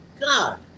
God